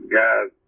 guys